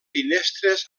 finestres